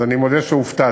אז אני מודה שהופתעתי.